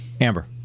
amber